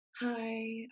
hi